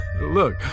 Look